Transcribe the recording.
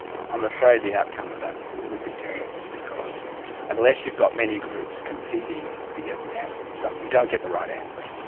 i'm afraid the outcome of that would be terrible because unless you've got many groups competing to get an answer to something, you don't get the right answer.